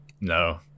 No